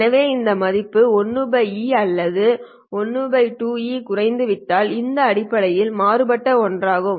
எனவே இது இந்த மதிப்பின் 1 e அல்லது 1 2e குறைந்துவிட்டால் இது அடிப்படையில் மாறுபட்ட ஒன்றாகும்